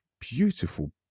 beautiful